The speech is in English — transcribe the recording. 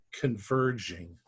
Converging